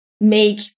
make